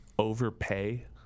Overpay